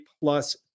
plus